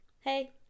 Hey